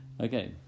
Okay